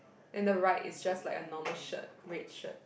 then the right is just like a normal shirt red shirt